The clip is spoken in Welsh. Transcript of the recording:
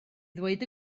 ddweud